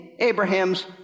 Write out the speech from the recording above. Abraham's